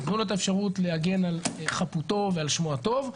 תנו לו את האפשרות להגן על חפותו ועל שמו הטוב.